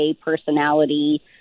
personality